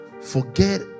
Forget